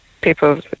People